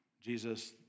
Jesus